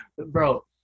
Bro